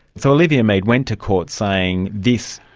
so olivia mead went to court saying this,